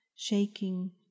shaking